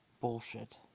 bullshit